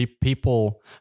People